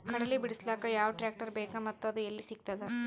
ಕಡಲಿ ಬಿಡಿಸಲಕ ಯಾವ ಟ್ರಾಕ್ಟರ್ ಬೇಕ ಮತ್ತ ಅದು ಯಲ್ಲಿ ಸಿಗತದ?